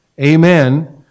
amen